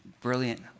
brilliant